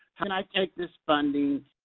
can i take this funding.